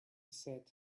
said